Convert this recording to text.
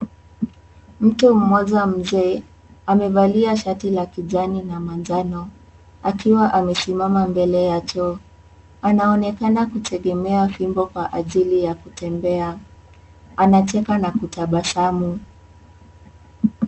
Mtu mmoja mzee amevalia shati la kijani na manjano akiwa amesimama mbele ya choo anaonekana kutegemea fimbo kwa ajili ya kutembea, anacheka na kutabasamu.